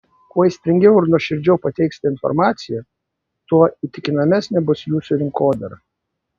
kuo aistringiau ir nuoširdžiau pateiksite informaciją tuo įtikinamesnė bus jūsų rinkodara